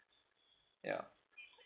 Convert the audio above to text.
ya